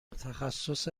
تخصص